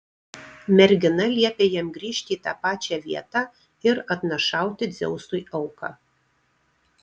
mergina liepė jam grįžti į tą pačią vietą ir atnašauti dzeusui auką